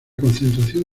concentración